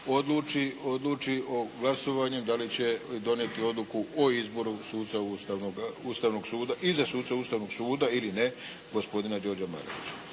odluči glasovanjem da li će donijeti odluku o izboru suca Ustavnog suda i za suca Ustavnog suda ili ne, gospodina Đorđe Marovića.